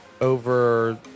over